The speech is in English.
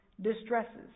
distresses